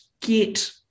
get